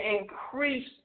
increase